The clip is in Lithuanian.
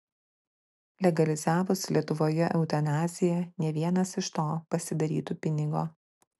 legalizavus lietuvoje eutanaziją ne vienas iš to pasidarytų pinigo